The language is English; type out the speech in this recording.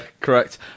correct